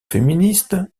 féministe